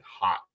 hot